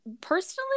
personally